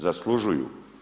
Zaslužuju.